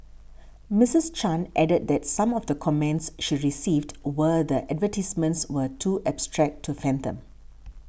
Misses Chan added that some of the comments she received were that advertisements were too abstract to fathom